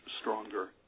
stronger